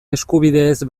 eskubideez